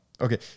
okay